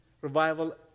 revival